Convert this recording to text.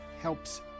helps